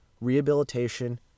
rehabilitation